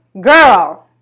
Girl